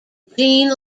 jean